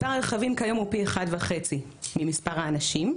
מספר הרכבים כיום הוא פי 1.5 ממספר האנשים,